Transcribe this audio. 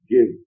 Give